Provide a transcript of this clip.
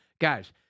guys